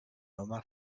home